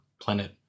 planet